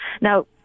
now